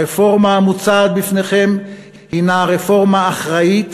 הרפורמה המוצעת בפניכם היא רפורמה אחראית,